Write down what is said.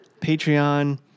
patreon